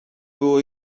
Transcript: było